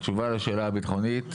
התשובה לשאלה הביטחונית,